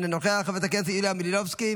אינו נוכח, חברת הכנסת יוליה מלינובסקי,